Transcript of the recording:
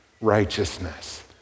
righteousness